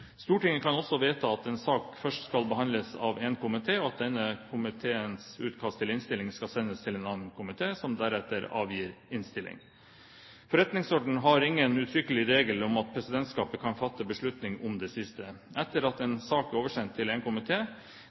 Stortinget kan også vedta at en sak først skal behandles av én komité, og at denne komiteens utkast til innstilling skal sendes til en annen komité, som deretter avgir innstilling. Stortingets forretningsorden har ingen uttrykkelig regel om at presidentskapet kan fatte beslutning om det siste etter at en sak er oversendt til